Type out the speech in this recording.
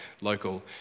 local